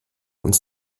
uns